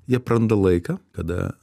jie praranda laiką kada